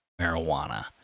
marijuana